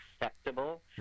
acceptable